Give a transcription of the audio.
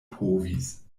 povis